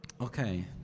Okay